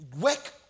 work